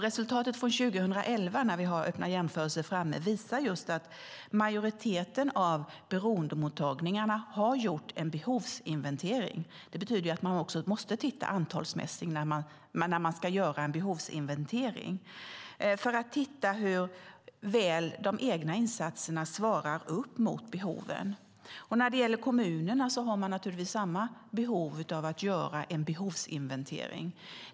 Resultatet från 2011, när vi har Öppna jämförelser framme, visar just att majoriteten av beroendemottagningarna har gjort en behovsinventering - det betyder att man också måste titta antalsmässigt - för att undersöka hur väl de egna insatserna svarar upp mot behoven. Kommunerna har naturligtvis samma behov av att göra en behovsinventering.